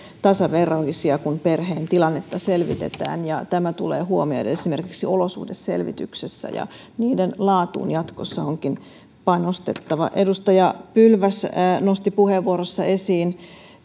tasaveroisia kun perheen tilannetta selvitetään ja tämä tulee huomioida esimerkiksi olosuhdeselvityksessä niiden laatuun onkin jatkossa panostettava edustaja pylväs nosti puheenvuorossaan esiin